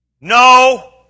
No